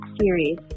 series